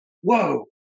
whoa